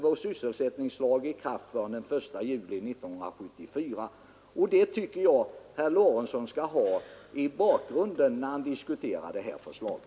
Vår sysselsättningslag träder inte i kraft förrän den 1 juli 1974. Det tycker jag att herr Lorentzon skall ha i minnet när vi diskuterar det här förslaget.